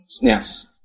Yes